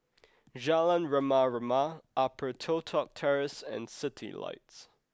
Jalan Rama Rama Upper Toh Tuck Terrace and Citylights